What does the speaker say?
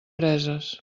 preses